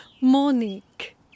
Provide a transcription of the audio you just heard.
Monique